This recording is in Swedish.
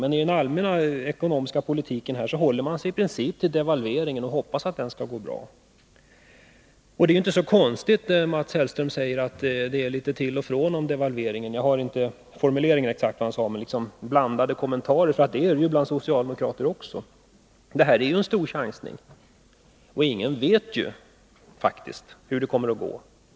Men i fråga om den allmänna ekonomiska politiken håller man sig i princip till devalveringen och hoppas på denna — det är ju inte så konstigt. Mats Hellström säger att det är litet till och från när det gäller devalveringen. Jag kommer tyvärr inte ihåg den exakta formuleringen. Kommentarerna är i varje fall blandade, och det gäller också bland socialdemokraterna. Det är ju fråga om en stor chansning. Ingen vet faktiskt hur det kommer att gå.